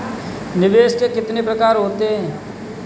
निवेश के कितने प्रकार होते हैं?